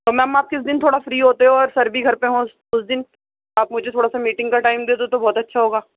تو میم آپ کس دِن تھوڑا فری ہوتے ہو اور سر بھی گھر پہ ہوں اُس دِن آپ مجھے تھوڑا سا میٹنگ کا ٹائم دے دو تو بہت اچھا ہوگا